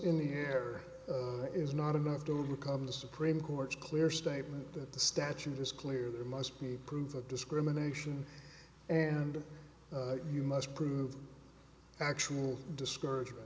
in the air is not enough to overcome the supreme court's clear statement that the statute is clear there must be proof of discrimination and you must prove actual discouragement